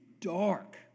dark